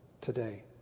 today